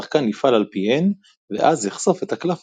השחקן יפעל על פיהן ואז יחשוף את הקלף